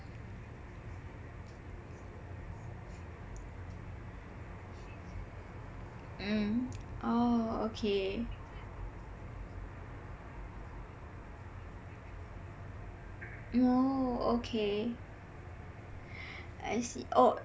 mm orh okay oh okay I see oh